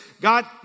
God